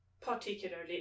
particularly